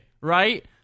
right